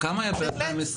בהחלט.